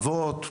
חוות,